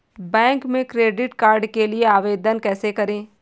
Bank में credit card के लिए आवेदन कैसे करें?